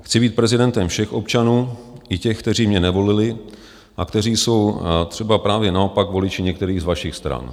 Chci být prezidentem všech občanů, i těch, kteří mě nevolili a kteří jsou třeba právě naopak voliči některých z vašich stran.